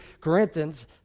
Corinthians